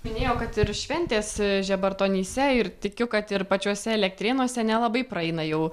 minėjau kad ir šventės žebartonyse ir tikiu kad ir pačiuose elektrėnuose nelabai praeina jau